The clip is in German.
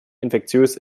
infektiös